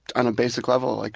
on a basic level, like,